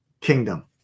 kingdom